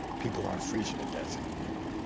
people aren't freezing to death in new york.